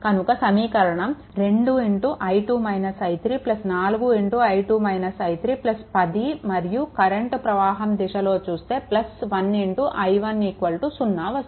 కనుక సమీకరణం 2i2 - i3 4i2 - i3 10 మరియు కరెంట్ ప్రవాహం దిశలో చూస్తే 1i1 0 వస్తుంది